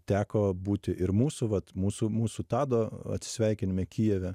teko būti ir mūsų vat mūsų mūsų tado atsisveikinime kijeve